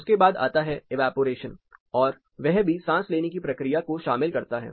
उसके बाद आता है ईवापोरेशन और वह भी सांस लेने की प्रक्रिया को शामिल करता है